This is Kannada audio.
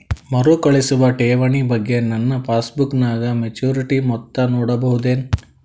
ಮರುಕಳಿಸುವ ಠೇವಣಿ ಬಗ್ಗೆ ನನ್ನ ಪಾಸ್ಬುಕ್ ನಾಗ ಮೆಚ್ಯೂರಿಟಿ ಮೊತ್ತ ನೋಡಬಹುದೆನು?